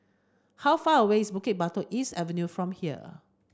how far away is Bukit Batok East Avenue from here